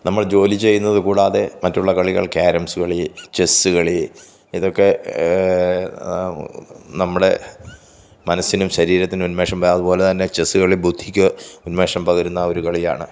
നമ്മൾ ജോലി ചെയ്യുന്നത് കൂടാതെ മറ്റുള്ള കളികൾ ക്യാരംസ് കളി ചെസ്സ് കളി ഇതൊക്കെ നമ്മുടെ മനസ്സിനും ശരീരത്തിനും ഉന്മേഷം അതുപോലെ തന്നെ ചെസ്സ് കളി ബുദ്ധിക്ക് ഉന്മേഷം പകരുന്ന ഒരു കളിയാണ്